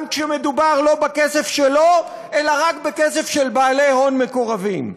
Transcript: גם כשמדובר לא בכסף שלו אלא רק בכסף של בעלי הון מקורבים.